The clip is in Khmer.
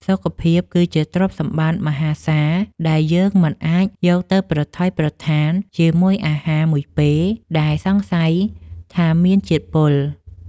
សុខភាពគឺជាទ្រព្យសម្បត្តិមហាសាលដែលយើងមិនអាចយកទៅប្រថុយប្រថានជាមួយអាហារមួយពេល ដែលសង្ស័យថាមានជាតិពុល។